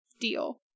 deal